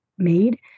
Made